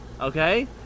okay